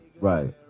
Right